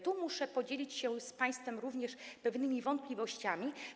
Tu muszę podzielić się z państwem również pewnymi wątpliwościami.